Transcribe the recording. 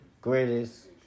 greatest